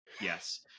Yes